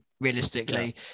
realistically